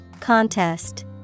Contest